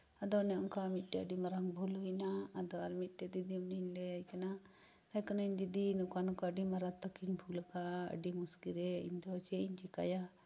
ᱟᱫᱚ ᱚᱱᱮ ᱚᱱᱠᱟ ᱢᱤᱫᱴᱮᱱ ᱟᱹᱰᱤ ᱢᱟᱨᱟᱝ ᱵᱷᱩᱞ ᱦᱩᱭ ᱮᱱᱟ ᱟᱫᱚ ᱟᱨ ᱢᱤᱫᱴᱮᱱ ᱫᱤᱫᱤᱢᱚᱱᱤᱧ ᱞᱟᱹᱭ ᱟᱭ ᱠᱟᱱᱟ ᱢᱮᱛᱟᱭ ᱠᱟᱹᱱᱟᱹᱧ ᱫᱤᱫᱤ ᱱᱚᱝᱠᱟ ᱱᱚᱝᱠᱟ ᱟᱹᱰᱤ ᱢᱟᱨᱟᱠᱛᱚᱠ ᱤᱧ ᱵᱷᱩᱞ ᱟᱠᱟᱫᱟ ᱟᱹᱰᱤ ᱢᱩᱥᱠᱤᱞ ᱨᱮ ᱤᱧ ᱫᱚ ᱪᱮᱫ ᱤᱧ ᱪᱤᱠᱟᱹᱭᱟ